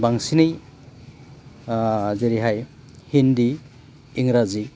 बांसिनै जेरैहाय हिन्दी इंराजि